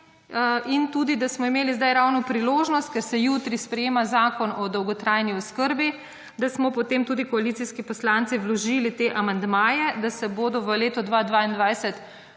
in tudi, da smo imeli zdaj ravno priložnost, ker se jutri sprejema Zakon o dolgotrajni oskrbi, da smo potem tudi koalicijski poslanci vložili te amandmaje, da se bodo v letu 2022